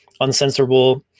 uncensorable